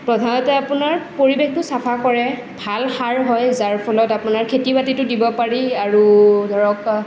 প্ৰধানতে আপোনাৰ পৰিৱেশটো চাফা কৰে ভাল সাৰ হয় যাৰ ফলত আপোনাৰ খেতি বাতিতো দিব পাৰি আৰু ধৰক